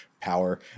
power